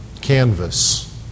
canvas